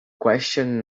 question